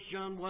John